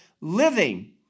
living